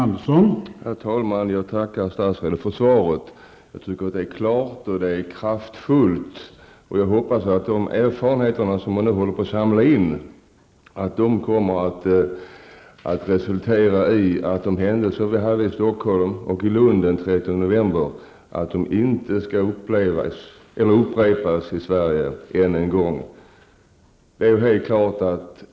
Herr talman! Jag tackar statsrådet för svaret som jag tycker är klart och kraftfullt. Jag hoppas att de erfarenheter som man nu håller på att samla in kommer att resultera i att de händelser som inträffade i Stockholm och Lund den 30 november inte skall upprepas i Sverige än en gång.